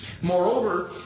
Moreover